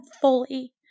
fully